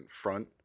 front